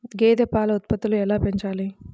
గేదె పాల ఉత్పత్తులు ఎలా పెంచాలి?